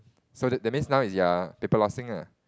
so that that's mean now ya paper losing lah